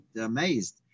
amazed